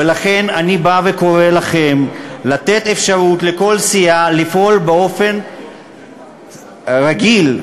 ולכן אני בא וקורא לכם לתת אפשרות לכל סיעה לפעול באופן רגיל,